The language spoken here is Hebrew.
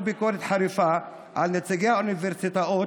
ביקורת חריפה על נציגי האוניברסיטאות,